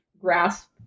grasp